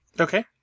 Okay